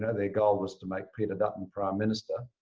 and their goal was to make peter dutton prime minister.